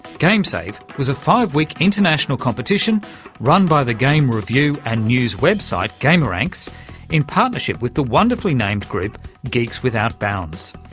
gamesave was a five-week international competition run by the game review and news website gameranx in partnership with the wonderfully-named group geeks without bounds,